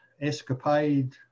escapade